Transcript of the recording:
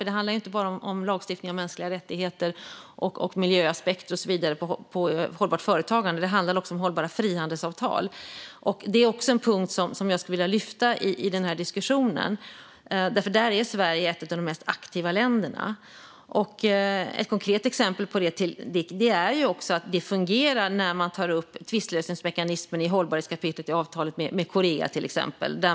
Det handlar ju inte bara om lagstiftning om mänskliga rättigheter och miljöaspekter på hållbart företagande, utan det handlar också om hållbara frihandelsavtal. Detta är en punkt som jag skulle vilja lyfta i den här diskussionen, för där är Sverige ett av de mest aktiva länderna. Ett konkret exempel på detta är att det fungerade när man tog upp tvistlösningsmekanismen i hållbarhetskapitlet i avtalet med Korea.